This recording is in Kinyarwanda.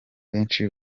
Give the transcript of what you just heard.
benshi